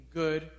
good